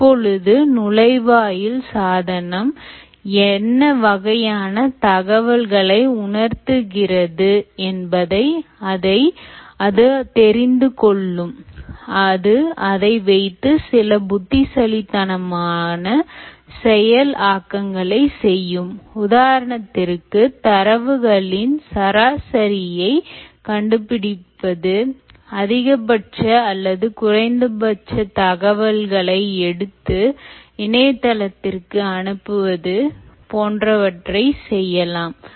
இப்பொழுது நுழைவாயில் சாதனம் என்ன வகையான தகவல்களை உணர்த்துகிறது என்பதை அது தெரிந்து கொள்ளும் அது அதை வைத்து சில புத்திசாலித்தனமான செயல் ஆக்கங்களை செய்யும் உதாரணத்திற்கு தரவுகளின் சராசரியை கண்டுபிடிப்பதுஅதிகபட்ச அல்லது குறைந்தபட்ச தரவுகளை எடுத்து இணையத்தளத்திற்கு அனுப்புவது போன்றவற்றை செய்யலாம்